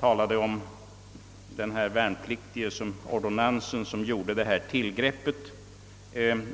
talade om den värnpliktige ordonnansen som gjorde sig skyldig till tillgrepp i ÖB:s kassaskåp.